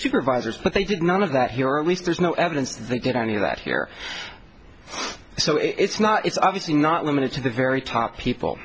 did none of that here at least there's no evidence they did any of that here so it's not it's obviously not limited to the very top people